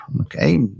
Okay